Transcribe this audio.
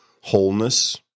wholeness